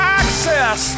access